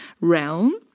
realm